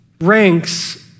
Ranks